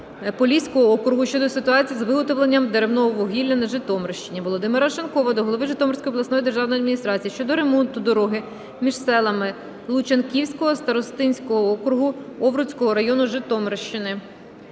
Поліського округу щодо ситуації з виготовленням деревного вугілля на Житомирщині. Володимира Арешонкова до голови Житомирської обласної державної адміністрації щодо ремонту дороги між селами Лучанківського старостинського округу Овруцького району Житомирщини.